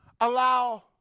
allow